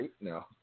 No